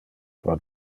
pro